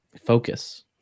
focus